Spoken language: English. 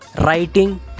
Writing